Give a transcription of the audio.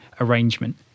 arrangement